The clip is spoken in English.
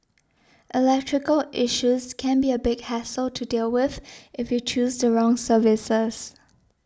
electrical issues can be a big hassle to deal with if you choose the wrong services